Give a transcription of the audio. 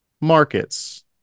markets